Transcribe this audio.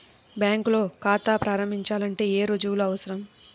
బ్యాంకులో ఖాతా ప్రారంభించాలంటే ఏ రుజువులు అవసరం?